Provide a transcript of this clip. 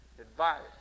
advice